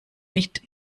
nicht